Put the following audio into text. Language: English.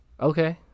Okay